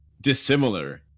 dissimilar